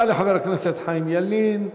תודה לחבר הכנסת חיים ילין.